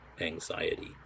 anxiety